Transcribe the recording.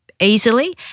easily